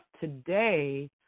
today